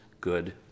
good